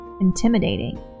intimidating